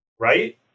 right